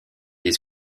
des